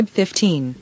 fifteen